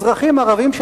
אזרחים ערבים,